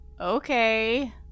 okay